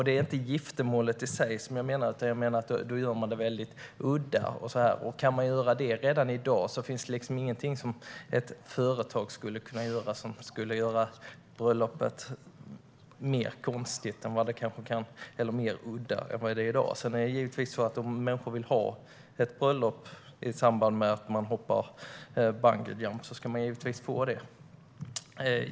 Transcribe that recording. Det är inte giftermålet i sig som jag menar utan att man gör det på ett udda sätt. Och kan man göra detta redan i dag finns det ingenting som ett företag skulle kunna göra mer konstigt eller udda än det kan vara i dag. Men om människor vill ha ett bröllop i samband med att de hoppar bungyjump ska de givetvis få ha det.